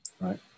right